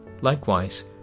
Likewise